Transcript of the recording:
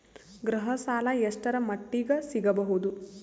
ಗೃಹ ಸಾಲ ಎಷ್ಟರ ಮಟ್ಟಿಗ ಸಿಗಬಹುದು?